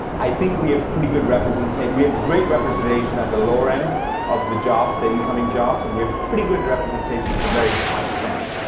i think we have pretty good representation, we have great representation at the lower end of the jobs, the incoming jobs, and we have pretty good representation at the very highest end,